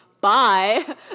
bye